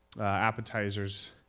appetizers